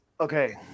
Okay